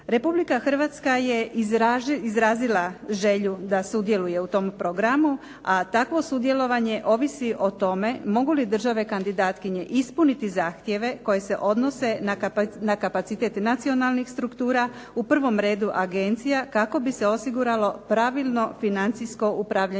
Republika Hrvatska je izrazila želju da sudjeluje u tom programu, a takvo sudjelovanje ovisi o tome mogu li države kandidatkinje ispuniti zahtjeve koji se odnose na kapacitet nacionalnih struktura u prvom redu agencija kako bi se osiguralo pravilno financijsko upravljanje